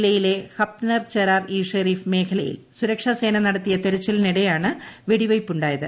ജില്ലയിലെ ഹപത്നർ ചരാർ ഇ ഷെരീഫ് മേഖലയിൽ സുരക്ഷാ സേന നടത്തിയ തെരച്ചിലിനിടെയാണ് വെടിവയ്പ്പുണ്ടായത്